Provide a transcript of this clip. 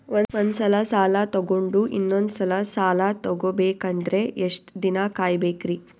ಒಂದ್ಸಲ ಸಾಲ ತಗೊಂಡು ಇನ್ನೊಂದ್ ಸಲ ಸಾಲ ತಗೊಬೇಕಂದ್ರೆ ಎಷ್ಟ್ ದಿನ ಕಾಯ್ಬೇಕ್ರಿ?